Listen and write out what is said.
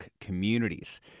communities